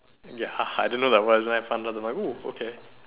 ya I don't know that was always fun of like I'm like oh okay